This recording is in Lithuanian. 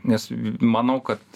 nes manau kad